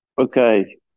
Okay